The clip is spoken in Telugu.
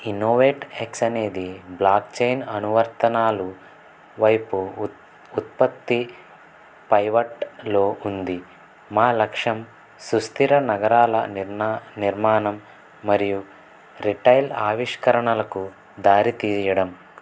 ఇన్నోవేట్ ఎక్స్ అనేది బ్లాక్చైన్ అనువర్తనాలు వైపు ఉత్పత్తి పైవట్లో ఉంది మా లక్ష్యం సుస్థిర నగరాల నిర్మాణం మరియు రిటైల్ ఆవిష్కరణలకు దారి తీయడం